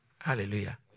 Hallelujah